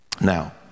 Now